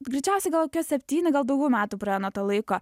greičiausiai gal septyni gal daugiau metų praėjo nuo to laiko